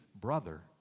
brother